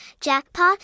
Jackpot